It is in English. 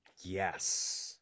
yes